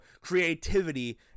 creativity